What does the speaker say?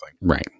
Right